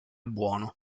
buono